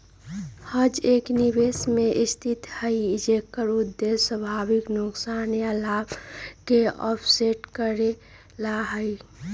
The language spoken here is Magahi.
हेज एक निवेश के स्थिति हई जेकर उद्देश्य संभावित नुकसान या लाभ के ऑफसेट करे ला हई